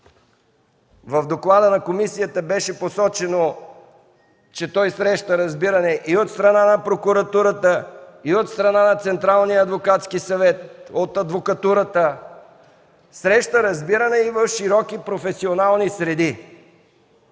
В доклада на комисията беше посочено, че той среща разбиране и от страна на прокуратурата, и от страна на Централния адвокатски съвет, от Адвокатурата, среща разбиране и в широки професионални среди.